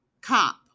cop